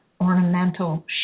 ornamental